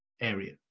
area